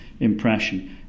impression